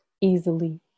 easily